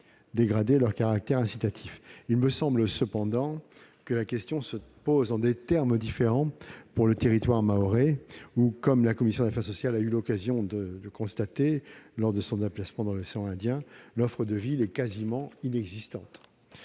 dégrader leur caractère incitatif. Il me semble cependant que la question se pose en des termes différents pour le territoire mahorais, où, comme la commission des affaires sociales a eu l'occasion de le constater lors de son déplacement dans l'océan Indien, l'offre de ville est quasiment inexistante.